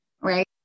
right